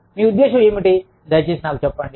మీ ఉద్దేశ్యం ఏమిటి దయచేసి నాకు చెప్పండి